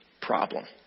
problem